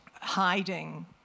hiding